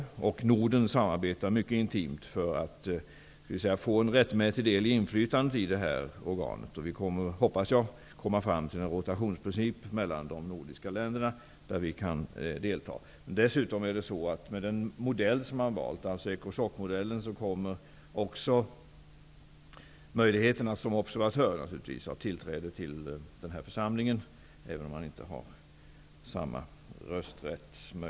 Länderna i Norden samarbetar mycket intimt för att få en rättmätig del i inflytandet i detta organ. Jag hoppas att vi mellan de nordiska länderna kommer fram till en rotationsprincip för deltagande. Med den modell som man har valt, dvs. ecosoc-modellen, kommer möjligheten finnas att som observatör ha tillträde till denna församling, även om man då inte har samma rösträtt.